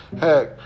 Heck